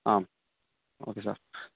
ആ okay sir